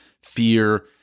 fear